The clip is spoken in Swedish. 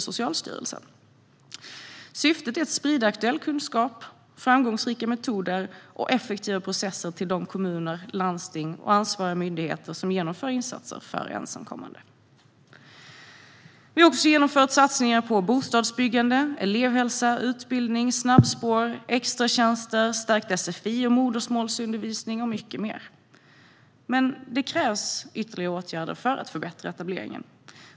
Syftet är att sprida aktuell kunskap, framgångsrika metoder och effektiva processer till de kommuner, landsting och ansvariga myndigheter som genomför insatser för ensamkommande. Vi har också genomfört satsningar på bostadsbyggande, elevhälsa, utbildning, snabbspår, extratjänster, stärkt sfi och modersmålsundervisning och mycket mer. Det krävs dock ytterligare åtgärder för att förbättra etableringen.